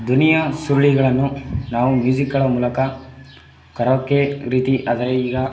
ಧ್ವನಿಯ ಸುರುಳಿಗಳನ್ನು ನಾವು ಮ್ಯೂಸಿಕ್ಗಳ ಮೂಲಕ ಕರೋಕೆ ರೀತಿ ಆದರೆ ಈಗ